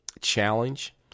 challenge